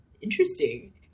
interesting